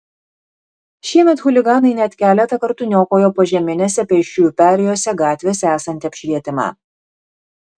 šiemet chuliganai net keletą kartų niokojo požeminėse pėsčiųjų perėjose gatvėse esantį apšvietimą